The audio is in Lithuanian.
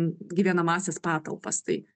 gyvenamąsias patalpas tai